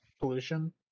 pollution